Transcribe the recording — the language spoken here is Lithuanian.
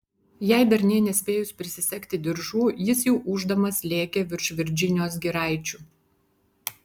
jai dar nė nespėjus prisisegti diržų jis jau ūždamas lėkė virš virdžinijos giraičių